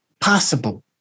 possible